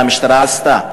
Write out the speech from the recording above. מה המשטרה עשתה?